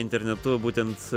internetu būtent